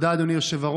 תודה, אדוני היושב-ראש.